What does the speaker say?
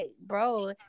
bro